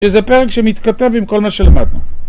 שזה פרק שמתכתב עם כל מה שלמדנו